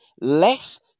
less